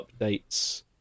updates